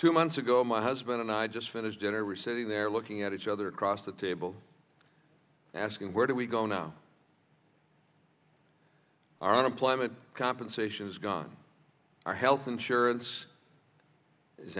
two months ago my husband and i just finished dinner we sitting there looking at each other across the table asking where do we go now our employment compensation is gone our health insurance